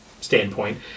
standpoint